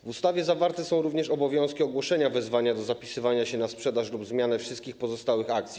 W ustawie zawarte są również obowiązki ogłoszenia wezwania do zapisywania się na sprzedaż lub zmianę wszystkich pozostałych akcji.